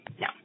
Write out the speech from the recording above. No